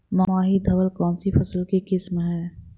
माही धवल कौनसी फसल की किस्म है?